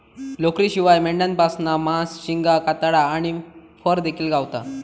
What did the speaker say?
लोकरीशिवाय मेंढ्यांपासना मांस, शिंगा, कातडा आणि फर देखिल गावता